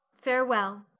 Farewell